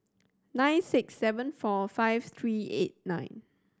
nine six seven four five three eight nine